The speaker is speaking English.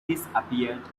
disappeared